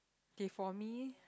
okay for me